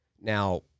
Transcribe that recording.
Now